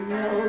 no